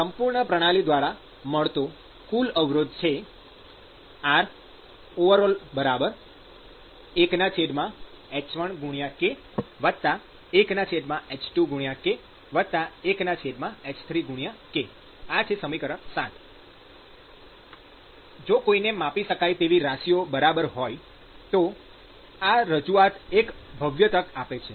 તેથી સંપૂર્ણ પ્રણાલી દ્વારા મળતો કુલ અવરોધ છે Roverall 1h1A1h2A1h3A ૭ જો કોઈને માપી શકાય તેવી રાશિઓ ખબર હોય તો આ રજૂઆત એક ભવ્ય તક આપે છે